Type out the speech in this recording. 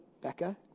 Becca